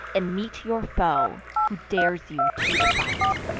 and meet your foe, who dares you to the fight.